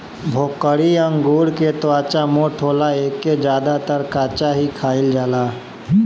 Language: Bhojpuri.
भोकरी अंगूर के त्वचा मोट होला एके ज्यादातर कच्चा ही खाईल जाला